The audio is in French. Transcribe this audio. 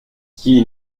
qui